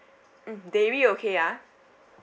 dairy okay ah